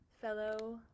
fellow